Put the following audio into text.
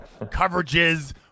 coverages